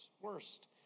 worst